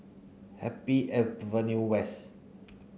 Happy Avenue West